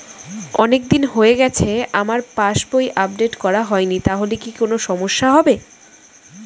অনেকদিন হয়ে গেছে আমার পাস বই আপডেট করা হয়নি তাহলে কি কোন সমস্যা হবে?